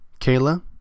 Kayla